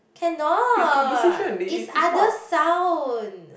cannot is other sound